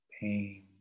pain